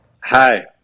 Hi